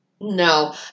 No